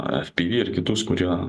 ef pi vi ir kitus kurie